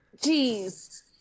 Jeez